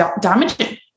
damaging